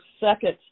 second